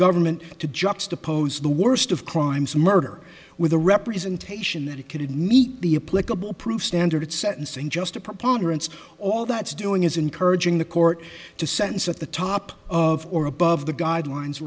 government to juxtapose the worst of crimes murder with a representation that it could meet the a political proof standard sentencing just a preponderance all that's doing is encouraging the court to sentence at the top of or above the guidelines